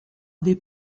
des